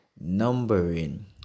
numbering